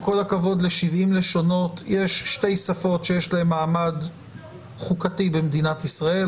עם כל הכבוד ל-70 לשונות יש שתי שפות שיש להן מעמד חוקתי במדינת ישראל,